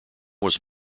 was